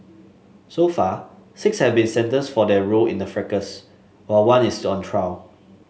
so far six have been sentenced for their role in the fracas while one is on trial